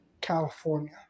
California